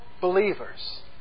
believers